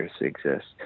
exists